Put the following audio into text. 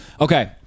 okay